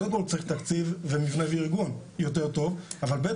קודם כל צריך תקציב ומבנה וארגון יותר טוב, אבל ב.